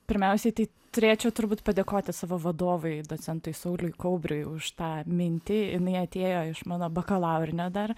pirmiausiai tai turėčiau turbūt padėkoti savo vadovui docentui sauliui kaubriui už tą mintį jinai atėjo iš mano bakalaurinio dar